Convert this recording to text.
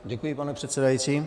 Děkuji, pane předsedající.